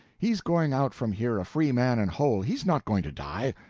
he's going out from here a free man and whole he's not going to die.